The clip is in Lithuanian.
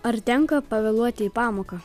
ar tenka pavėluoti į pamoką